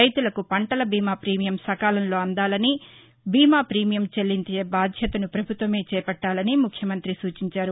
రైతులకు పంటల బీమా ప్రీమియం సకాలంలో అందాలని బీమా ప్రీమియం చెల్లించే బాధ్యతను ప్రభుత్వమే చేపట్టాలని ముఖ్యమంతి సూచించారు